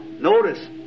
notice